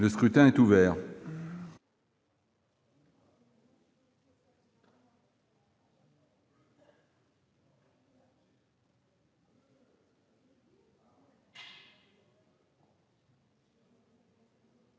Le scrutin est ouvert.